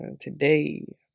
today